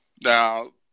now